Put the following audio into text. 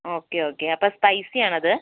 okay okay അപ്പോൾ spicy ആണത്